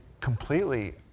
completely